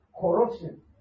Corruption